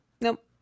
Nope